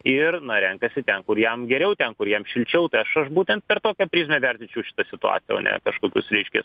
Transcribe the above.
ir renkasi ten kur jam geriau ten kur jam šilčiau tai aš aš būtent per tokią prizmę vertinčiau šitą situaciją o ne kažkokius reiškia